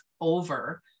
over